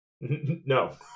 No